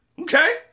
okay